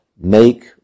make